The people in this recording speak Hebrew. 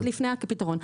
עוד לפני הפתרון,